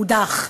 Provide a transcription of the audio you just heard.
הודח,